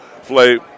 Flay